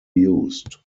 used